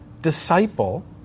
Disciple